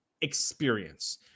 experience